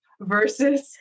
versus